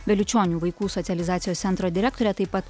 vėliučionių vaikų socializacijos centro direktore taip pat